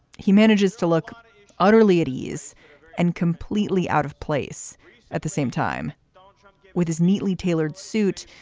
he manages to look utterly at ease and completely out of place at the same time with his neatly tailored suit.